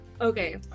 Okay